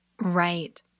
Right